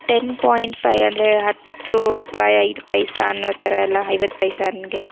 ten point five ಅಂದ್ರೆ ಹತ್ತು ರೂಪಾಯಿ ಐದು ಪೈಸ ಅನ್ನೋ ಥರ ಎಲ್ಲ ಐವತ್ತು ಪೈಸ ಹಂಗೆ